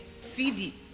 CD